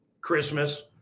Christmas